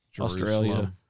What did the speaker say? Australia